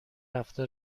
هفته